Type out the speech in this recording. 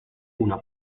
una